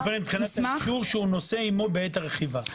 אישור שהוא נושא עימו בעת הרכיבה.